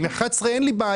עם (11) אין לי בעיה.